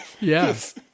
yes